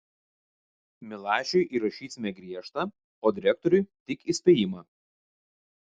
milašiui įrašysime griežtą o direktoriui tik įspėjimą